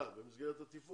אתה, במסגרת הטיפול,